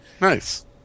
Nice